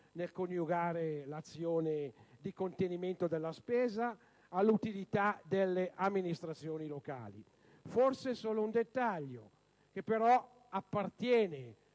nel coniugare l'azione di contenimento della spesa all'utilità delle amministrazioni locali. Forse è solo un dettaglio, che però appartiene